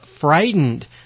frightened